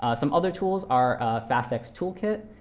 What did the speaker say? ah some other tools are fastx-toolkit.